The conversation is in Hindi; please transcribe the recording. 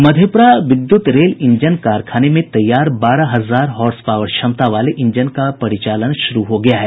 मधेपुरा विद्युत रेल ईंजन कारखाने में तैयार बारह हजार हॉर्स पावर क्षमता वाले ईंजन का परिचालन शुरू हो गया है